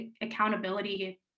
accountability